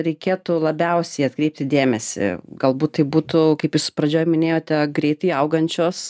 reikėtų labiausiai atkreipti dėmesį galbūt tai būtų kaip jūs pradžioj minėjote greitai augančios